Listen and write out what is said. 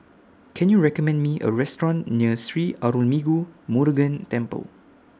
Can YOU recommend Me A Restaurant near Sri Arulmigu Murugan Temple